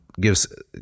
gives